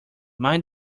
mind